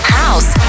house